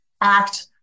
act